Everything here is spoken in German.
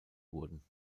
wurden